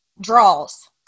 Draws